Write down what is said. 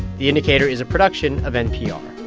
the indicator is a production of npr